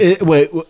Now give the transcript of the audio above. wait